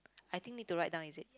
I think need to write down is it